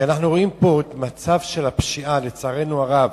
כי אנחנו רואים פה מצב של פשיעה, לצערנו הרב,